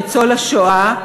ניצול השואה,